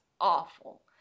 awful